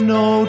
no